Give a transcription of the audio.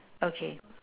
okay